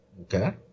Okay